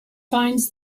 finds